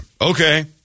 Okay